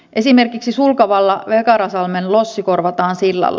esimerkiksi sulkavalla vekarasalmen lossi korvataan sillalla